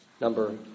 number